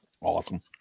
Awesome